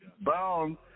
bound